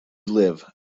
live